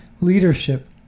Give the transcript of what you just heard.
leadership